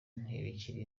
ntibikiri